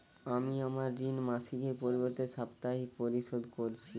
আমি আমার ঋণ মাসিকের পরিবর্তে সাপ্তাহিক পরিশোধ করছি